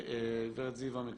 זיוה מקונן,